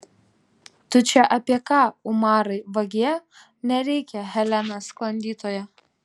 tu čia apie ką umarai vagie nereikia helena sklandytoja